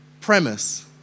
premise